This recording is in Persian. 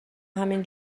همین